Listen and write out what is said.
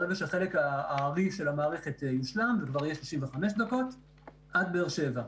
ברגע שהחלק הארי של המערכת יושלם זה כבר יהיה 35 דקות עד באר שבע.